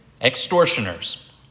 extortioners